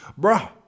Bruh